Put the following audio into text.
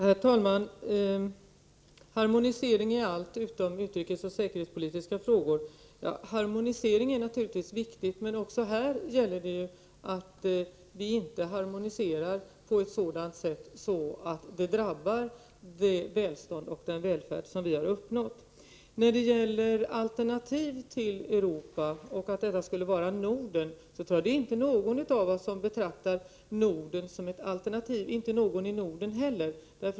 Herr talman! Harmonisering i allt utom i utrikesoch säkerhetspolitiska frågor — ja, harmonisering är naturligtvis viktigt. Men också här gäller det att vi inte harmoniserar på ett sådant sätt att det drabbar det välstånd och den välfärd som vi har uppnått. När det gäller alternativ till Europa, i detta fall Norden, tror jag inte någon av oss betraktar Norden som ett alternativ, inte någon annan i Norden heller.